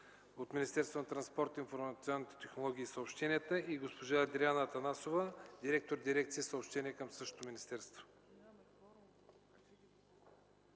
заместник-министър на транспорта, информационните технологии и съобщенията, и госпожа Адриана Атанасова – директор на дирекция „Съобщения” в същото министерство.